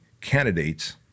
candidates